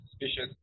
suspicious